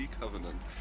Covenant